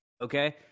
Okay